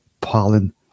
pollen